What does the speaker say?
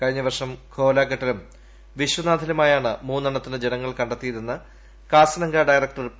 കഴിഞ്ഞവർഷം ഘോലഗട്ടിലും വിശ്വനാഥിലുമായാണ് മുന്നെണ്ണത്തിന്റെ ജഡങ്ങൾ കണ്ടെത്തിയതെന്ന് കാസിരംഗ ഡയറക്ടർ പി